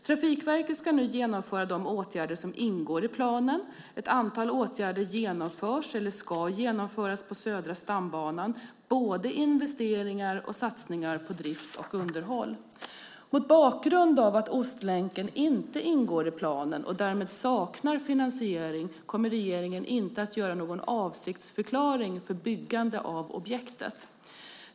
Trafikverket ska nu genomföra de åtgärder som ingår i planen. Ett antal åtgärder genomförs eller ska genomföras på Södra stambanan, både investeringar och satsningar på drift och underhåll. Mot bakgrund av att Ostlänken inte ingår i planen och därmed saknar finansiering kommer regeringen inte att göra någon avsiktsförklaring för byggande av objektet.